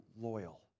loyal